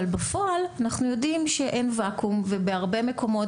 אבל בפועל אנחנו יודעים שאין וואקום ובהרבה מקומות